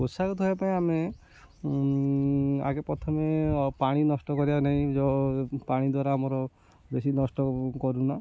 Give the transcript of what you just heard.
ପୋଷାକ ଥୋଇବା ପାଇଁ ଆମେ ଆଗେ ପ୍ରଥମେ ପାଣି ନଷ୍ଟ କରିବା ନାହିଁ ପାଣି ଦ୍ୱାରା ଆମର ବେଶୀ ନଷ୍ଟ କରୁନା